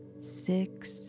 six